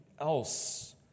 else